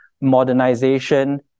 modernization